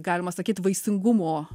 galima sakyt vaisingumo